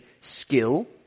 skill